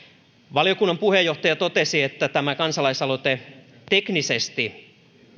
valiokunnan puheenjohtaja totesi että tämä kansalaisaloite teknisesti